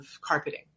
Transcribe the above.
carpeting